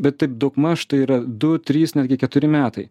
bet daugmaž tai yra du trys netgi keturi metai